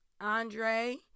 Andre